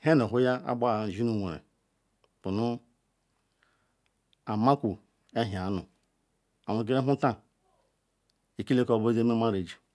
nhe nu ohia ogbaha nzi nu mweren bunu amako ewhi anu aweruke ahuta ekile kobu nezi me marriage